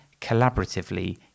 collaboratively